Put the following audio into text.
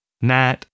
Nat